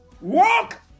Walk